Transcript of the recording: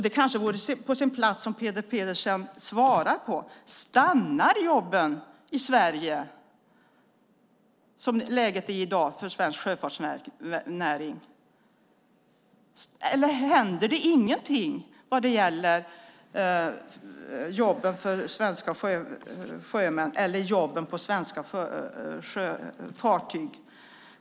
Det kanske vore på sin plats om Peter Pedersen svarar på om jobben stannar i Sverige som läget är i dag för svensk sjöfartsnäring. Eller händer det ingenting vad det gäller jobben för svenska sjömän eller jobben på svenska fartyg?